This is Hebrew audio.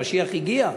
המשיח הגיע.